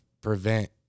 prevent